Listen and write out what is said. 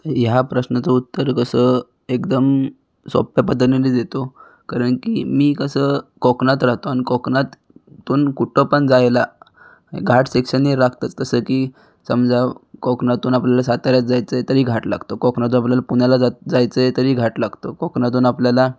ह्या प्रश्नाचं उत्तर कसं एकदम सोप्या पद्धतीने देतो कारण की मी कसं कोकणात राहतो आणि कोकणातून कुठं पण जायला घाट सेक्शन हे लागतंच कसं की समजा कोकणातून आपल्याला साताऱ्यात जायचं आहे तरी पण घाट लागतो कोकणातून आपल्याला पुण्याला जाया जायचं आहे आहे तरी पण घाट लागतो कोकणातून आपल्याला